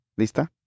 lista